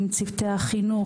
עם צוותי החינוך,